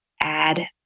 add